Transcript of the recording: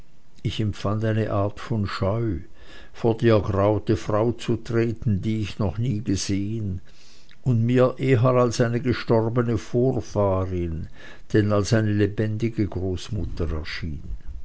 ich empfand eine art von scheu vor die ergraute frau zu treten die ich noch nie gesehen und mir eher als eine gestorbene vorfahrin denn als eine lebendige großmutter erschien